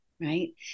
Right